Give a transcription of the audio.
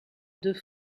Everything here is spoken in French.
deux